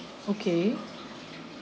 okay